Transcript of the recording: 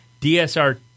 DSR